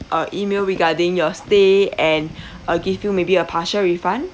uh email regarding your stay and uh give you maybe a partial refund